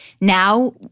now